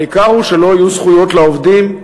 העיקר הוא שלא יהיו זכויות לעובדים,